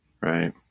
Right